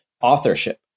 authorship